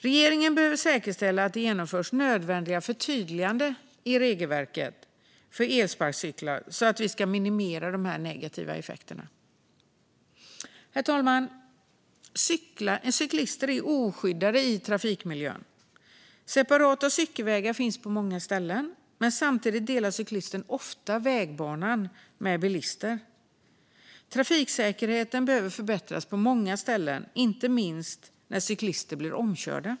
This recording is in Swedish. Regeringen behöver säkerställa att nödvändiga förtydliganden av regelverket för elsparkcyklar genomförs så att de negativa effekterna minimeras. Herr talman! Cyklister är oskyddade i trafikmiljön. Separata cykelvägar finns på många platser, men samtidigt delar cyklisten ofta vägbanan med bilister. Trafiksäkerheten behöver förbättras på många ställen, inte minst där cyklister blir omkörda.